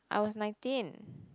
I was nineteen